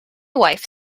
wife